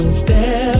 step